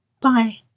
Bye